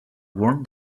worn